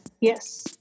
Yes